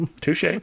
Touche